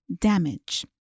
damage